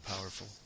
powerful